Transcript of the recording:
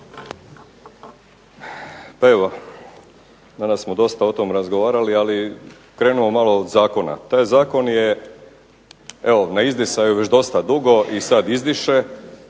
Pa evo, danas smo dosta o tom razgovarali, ali krenimo malo od zakona. Taj zakon je evo na izdisaju već dosta dugo i sad izdiše,